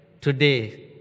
today